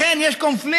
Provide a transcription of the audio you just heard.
אכן יש קונפליקט,